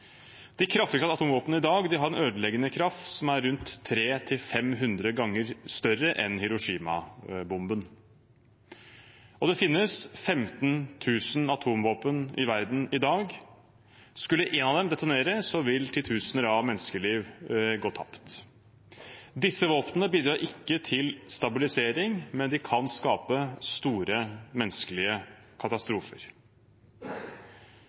De kraftigste atomvåpnene i dag har en ødeleggende kraft som er rundt 300 til 500 ganger større enn Hiroshima-bomben, og det finnes 15 000 atomvåpen i verden i dag. Skulle en av dem detonere, vil titusener av menneskeliv gå tapt. Disse våpnene bidrar ikke til stabilisering, men de kan skape store menneskelige